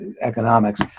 economics